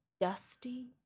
dusty